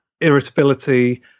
irritability